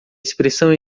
expressão